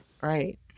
right